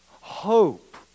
Hope